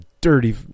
dirty